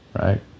right